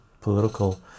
political